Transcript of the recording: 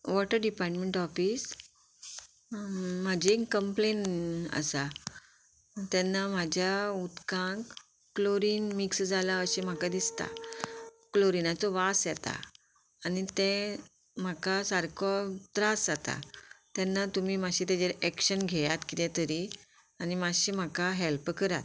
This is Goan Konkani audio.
वॉटर डिपार्टमेंट ऑफीस म्हाजी कंप्लेन आसा तेन्ना म्हाज्या उदकांत क्लोरीन मिक्स जाला अशें म्हाका दिसता क्लोरीनाचो वास येता आनी तें म्हाका सारको त्रास जाता तेन्ना तुमी मातशें तेजेर एक्शन घेयात किदें तरी आनी मातशें म्हाका हेल्प करात